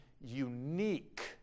unique